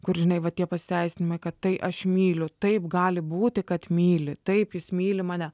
kur žinai va tie pasiteisinimai kad tai aš myliu taip gali būti kad myli taip jis myli mane